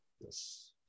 Yes